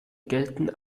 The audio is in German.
gelten